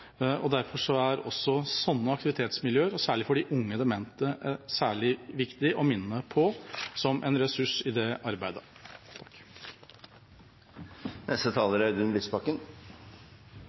og derfor er også sånne aktivitetsmiljøer – særlig for de unge demente – viktig å minne om som en ressurs i det arbeidet. La meg først få si at det er